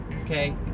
okay